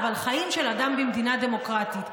אבל חיים של אדם במדינה דמוקרטית.